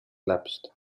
lapsed